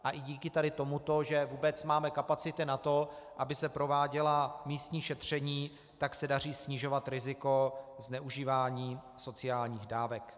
A i díky tady tomuto, že vůbec máme kapacity na to, aby se prováděla místní šetření, se daří snižovat riziko zneužívání sociálních dávek.